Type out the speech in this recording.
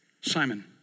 Simon